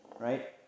Right